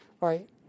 right